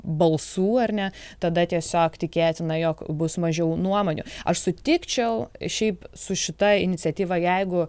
balsų ar ne tada tiesiog tikėtina jog bus mažiau nuomonių aš sutikčiau šiaip su šita iniciatyva jeigu